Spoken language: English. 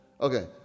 Okay